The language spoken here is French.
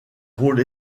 rôle